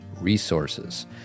Resources